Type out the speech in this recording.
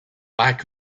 lack